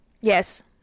Yes